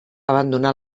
abandonar